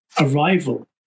arrival